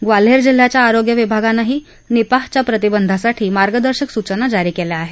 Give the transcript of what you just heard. ग्वाल्हेर जिल्ह्याच्या आरोग्य विभागानंही निपाहच्या प्रतिबंधासाठी मार्गदर्शक सूचना देणारं पत्रक जारी केलं आहे